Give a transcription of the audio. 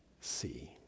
see